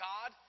God